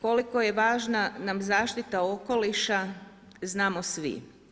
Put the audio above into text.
Koliko je važna nam zaštita okoliša znamo svi.